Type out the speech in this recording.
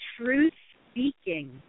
truth-speaking